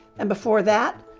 and before that,